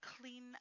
clean